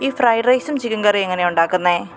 ഈ ഫ്രൈഡ് റൈസും ചിക്കന് കറിയെങ്ങനെയാണ് ഉണ്ടാക്കുന്നത്